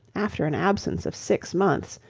after an absence of six months,